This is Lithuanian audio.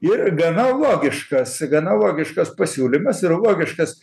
ir gana logiškas gana logiškas pasiūlymas ir logiškas